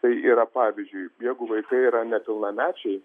tai yra pavyzdžiui jeigu vaikai yra nepilnamečiai